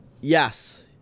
Yes